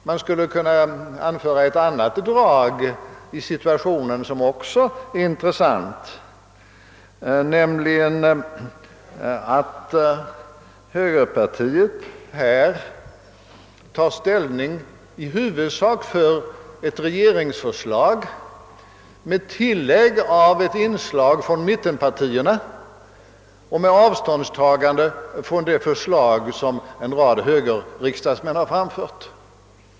Man skulle kunna anföra ett annat intressant drag i situationen, nämligen att högerpartiet här tar ställning i huvudsak för ett regeringsförslag med ett inslag från mittenpartiernas förslag men med avståndstagande från det förslag som en rad högerriksdagsmän har framfört.